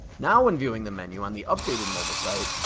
now when viewing the menu on the updated mobile site,